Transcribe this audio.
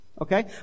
Okay